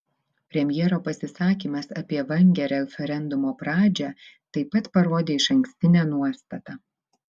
premjero pasisakymas apie vangią referendumo pradžią taip pat parodė išankstinę nuostatą